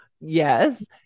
Yes